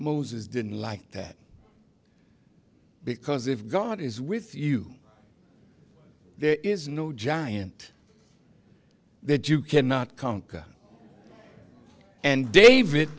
moses didn't like that because if god is with you there is no giant that you cannot conquer and david